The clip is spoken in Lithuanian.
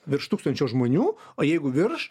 virš tūkstančio žmonių o jeigu virš